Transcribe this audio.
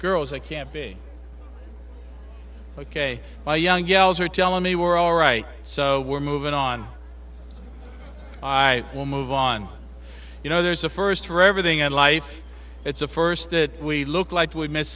girls i can't be ok my young gals are telling me we're all right so we're moving on i will move on you know there's a first for everything in life it's a first that we look like we m